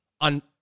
on